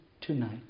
tonight